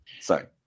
Sorry